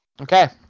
Okay